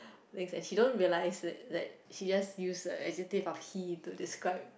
then he don't realize that that he just use the negative of he to describe